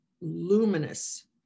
luminous